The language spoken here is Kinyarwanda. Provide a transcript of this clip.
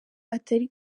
atari